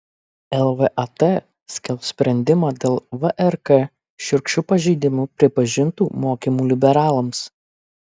lvat skelbs sprendimą dėl vrk šiurkščiu pažeidimu pripažintų mokymų liberalams